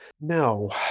No